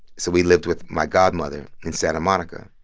so we lived with my godmother in santa monica.